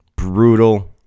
Brutal